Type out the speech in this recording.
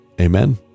Amen